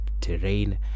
terrain